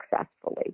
successfully